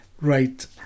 Right